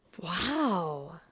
Wow